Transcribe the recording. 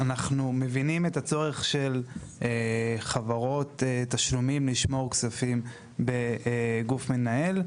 אנחנו מבינים את הצורך של חברות תשלומים לשמור כספים בגוף מנהל,